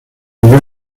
huyó